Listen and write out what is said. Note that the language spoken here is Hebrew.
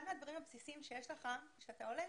אחד הדברים הבסיסיים שיש לך כשאתה עולה,